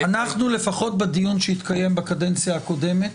אנחנו, לפחות בדיון שהתקיים בקדנציה הקודמת,